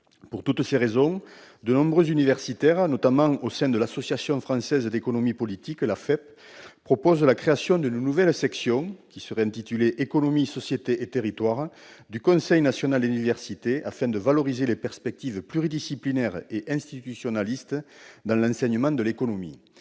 Pour toutes ces raisons, de nombreux universitaires, notamment au sein de l'Association française d'économie politique, l'AFEP, proposent la création d'une nouvelle section, qui serait intitulée « économie, société et territoire », du Conseil national des universités, afin de valoriser les perspectives pluridisciplinaires et institutionnalistes dans l'enseignement de l'économie.